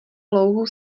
louhu